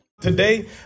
Today